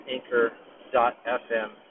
Anchor.fm